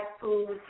foods